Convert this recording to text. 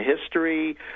history